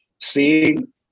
seeing